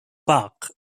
park